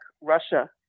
Russia